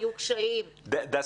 אבל --- דסי,